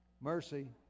Mercy